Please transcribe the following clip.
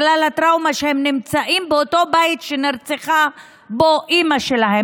בגלל הטראומה שהם נמצאים באותו בית שבו נרצחה אימא שלהם,